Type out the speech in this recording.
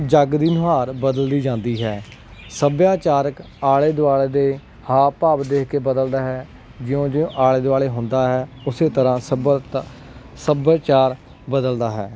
ਜੱਗ ਦੀ ਨੂਹਾਰ ਬਦਲਦੀ ਜਾਂਦੀ ਹੈ ਸੱਭਿਆਚਾਰਕ ਆਲੇ ਦੁਆਲੇ ਦੇ ਹਾਵ ਭਾਵ ਦੇਖ ਕੇ ਬਦਲਦਾ ਹੈ ਜਿਉਂ ਜਿਉਂ ਆਲੇ ਦੁਆਲੇ ਹੁੰਦਾ ਹੈ ਉਸੇ ਤਰ੍ਹਾਂ ਸਭਿਅਤਾ ਸੱਭਿਆਚਾਰ ਬਦਲਦਾ ਹੈ